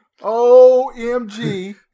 OMG